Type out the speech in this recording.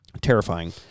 Terrifying